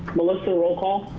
melissa, roll call?